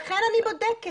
לכן אני בודקת,